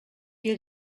dia